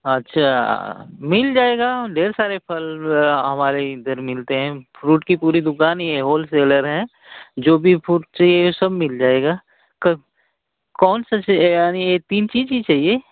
अच्छा मिल जाएगा ढ़ेर सारे फल हमारे इधर मिलते हैं फ्रूट की पूरी दुकान ही है होलसेलर हैं जो भी फ्रूट चाहिए सब मिल जाएगा कौन सा च यानी यह तीन चीज़ ही चाहिए